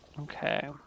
Okay